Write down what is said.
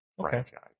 franchise